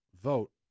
vote